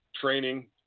training